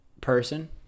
person